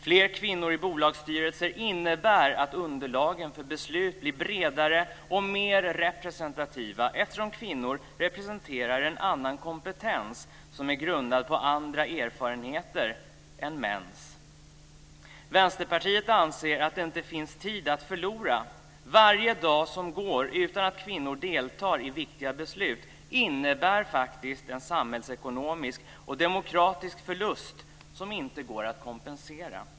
Fler kvinnor i bolagsstyrelser innebär att underlagen för beslut blir bredare och mer representativa eftersom kvinnor representerar en annan kompetens som är grundad på andra erfarenheter än mäns. Vänsterpartiet anser att det inte finns tid att förlora. Varje dag som går utan att kvinnor deltar i viktiga beslut innebär faktiskt en samhällsekonomisk och demokratisk förlust som inte går att kompensera.